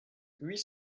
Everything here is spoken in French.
huit